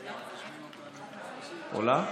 עולה?